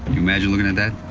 imagine looking at that.